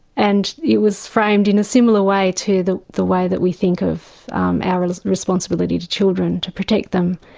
and it was framed in a similar way to the the way that we think of our responsibility to children, to protect them,